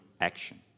action